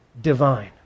divine